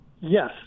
yes